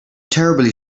terribly